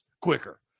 quicker